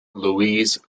louise